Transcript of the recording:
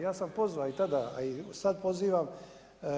Ja sam pozvao tada, a i sada pozivam